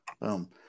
Boom